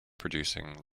producing